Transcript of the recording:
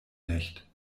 nicht